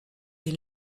des